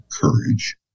courage